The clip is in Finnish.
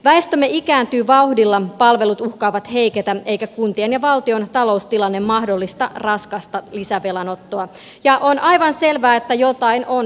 väestömme ikääntyy vauhdilla palvelut uhkaavat heiketä eikä kuntien ja valtion taloustilanne mahdollista raskasta lisävelan ottoa ja on aivan selvää että jotain on siis tehtävä